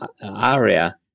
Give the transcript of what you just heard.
area